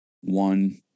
one